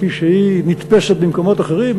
כפי שהיא נתפסת במקומות אחרים,